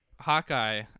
Hawkeye